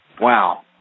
Wow